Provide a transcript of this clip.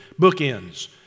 Bookends